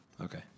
Okay